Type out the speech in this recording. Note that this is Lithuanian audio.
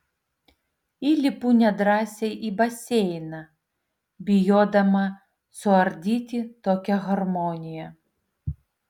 įlipu nedrąsiai į baseiną bijodama suardyti tokią harmoniją